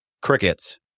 Crickets